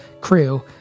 crew